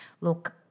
look